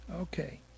Okay